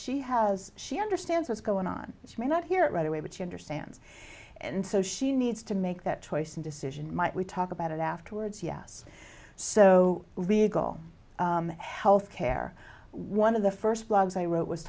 she has she understands what's going on which may not hear it right away but she understands and so she needs to make that choice and decision might we talk about it afterwards yes so regal health care one of the first blogs i wrote was